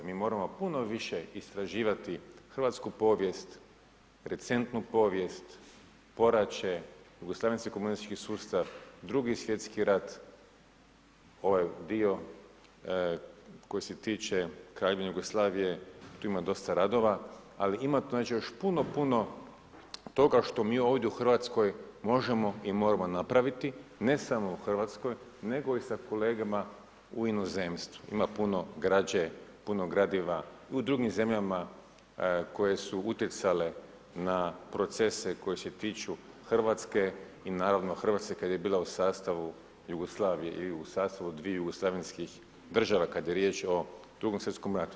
Mi moramo puno više istraživati hrvatsku povijest, recentnu povijest, poraće, jugoslavenski komunistički sustav, II. svjetski rat, ovaj dio koji se tiče Kraljevine Jugoslavije, tu ima dosta radova, ali ima još puno, puno toga što mi ovdje u Hrvatskoj možemo i moramo napraviti, ne samo u Hrvatskoj nego i sa kolegama u inozemstvu, ima puno građe, puno gradiva u drugim zemljama koje su utjecale na procese koji se tiče Hrvatske i naravno Hrvatske kad je bila u sastavu Jugoslavije i u sastavu dviju jugoslavenskih država kad je riječ o II. svjetskom ratu.